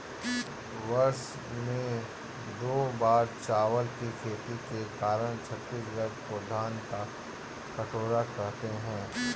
वर्ष में दो बार चावल की खेती के कारण छत्तीसगढ़ को धान का कटोरा कहते हैं